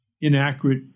inaccurate